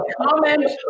comment